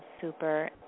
super